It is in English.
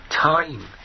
time